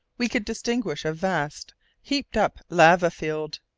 we could distinguish a vast heaped-up lava field.